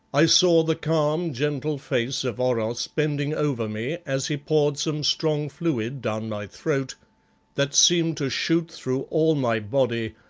i saw the calm, gentle face of oros bending over me as he poured some strong fluid down my throat that seemed to shoot through all my body,